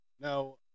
Now